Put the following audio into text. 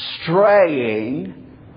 straying